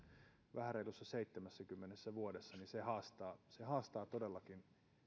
vähän reilussa seitsemässäkymmenessä vuodessa haastaa todellakin